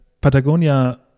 Patagonia